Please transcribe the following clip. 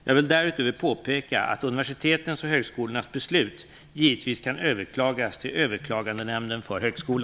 Jag vill därutöver påpeka att universitetens och högskolornas beslut givetvis kan överklagas till